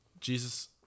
Jesus